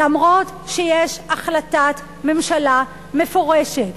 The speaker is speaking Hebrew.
אף שיש החלטת ממשלה מפורשת,